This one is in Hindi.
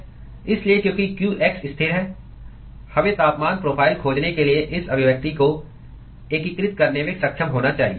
इसलिए क्योंकि qx स्थिर है हमें तापमान प्रोफ़ाइल खोजने के लिए इस अभिव्यक्ति को एकीकृत करने में सक्षम होना चाहिए